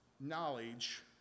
knowledge